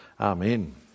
Amen